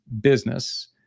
business